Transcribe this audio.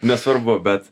nesvarbu bet